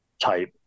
type